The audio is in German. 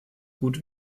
gut